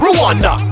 Rwanda